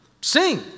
sing